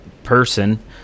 person